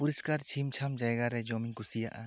ᱯᱩᱨᱤᱥᱠᱟᱨ ᱪᱷᱤᱢᱪᱷᱟᱢ ᱡᱟᱭᱜᱟ ᱨᱮ ᱡᱚᱢ ᱤᱧ ᱠᱩᱥᱤᱭᱟᱜᱼᱟ